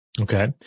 Okay